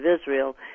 Israel